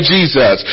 Jesus